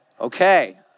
okay